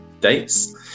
dates